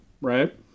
right